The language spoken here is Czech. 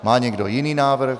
Má někdo jiný návrh?